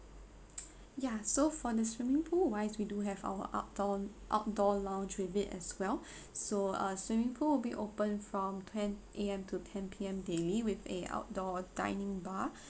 ya so for the swimming pool wise we do have our outdoor outdoor lounge with it as well so uh swimming pool will be opened from ten A_M to ten P_M daily with a outdoor dining bar